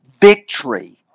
victory